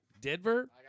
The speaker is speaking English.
Denver